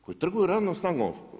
Koji trguju radnom snagom.